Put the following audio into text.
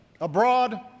Abroad